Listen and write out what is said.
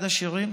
אחד השירים